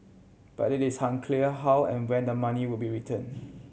but it is unclear how and when the money will be return